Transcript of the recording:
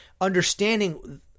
understanding